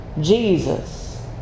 Jesus